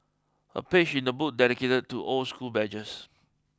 a page in the book dedicated to old school badges